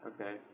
Okay